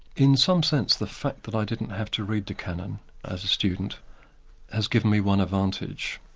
in some sense the fact that i didn't have to read the canon as a student has given me one advantage.